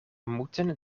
moeten